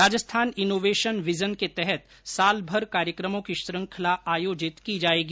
Rajasthan innovation vision के तहत सालभर कार्यक्रमों की श्रृंखला आयोजित की जायेगी